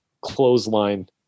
clothesline